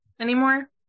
anymore